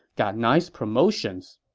got nice promotions.